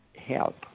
help